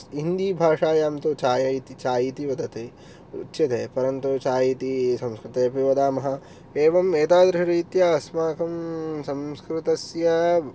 हिन्दिभाषायां तु चाय चाय् इति वदति उच्यते परन्तु चाय् इति संस्कृते अपि वदामः एवम् एतादृशरीत्या अस्माकं संस्कृतस्य